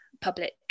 public